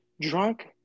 drunk